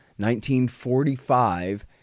1945